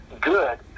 good